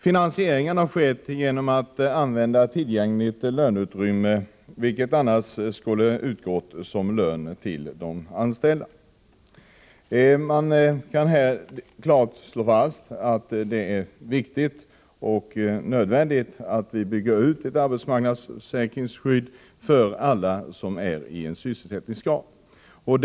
Finansieringen har skett genom att man har använt tillgängligt löneutrymme, vilket i annat fall skulle ha utgått som lön till de anställda. Man kan klart slå fast att det är viktigt och nödvändigt att bygga ut arbetsmarknadsförsäkringsskyddet så att det omfattar alla.